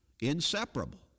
inseparable